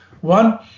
One